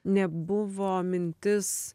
nebuvo mintis